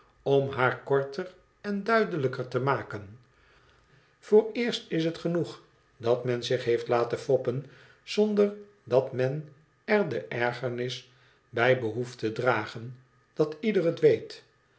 om haar korter en duidelijker te maken vooreerst is het genoeg dat men zich heeft laten foppen zonder dat men er de ergernis bij behoeft te dragen dat ieder het weet